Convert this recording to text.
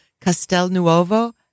Castelnuovo